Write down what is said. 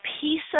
piece